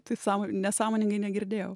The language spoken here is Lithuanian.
tai sąmo nesąmoningai negirdėjau